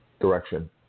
direction